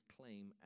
claim